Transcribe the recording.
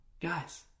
Guys